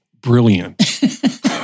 brilliant